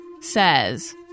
says